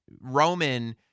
Roman